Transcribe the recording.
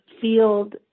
field